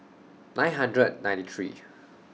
nine hundred ninety three